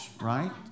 right